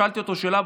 שאלתי אותו שאלה,